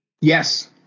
Yes